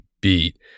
beat